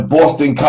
Boston